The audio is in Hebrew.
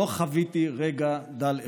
לא חוויתי רגע דל אחד.